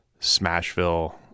Smashville